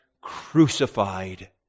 crucified